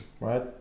right